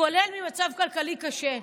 כולל ממצב כלכלי קשה,